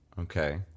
okay